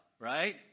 right